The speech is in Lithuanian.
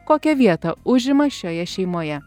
kokią vietą užima šioje šeimoje